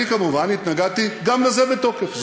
אני כמובן התנגדתי גם לזה בתוקף.